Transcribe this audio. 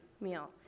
meal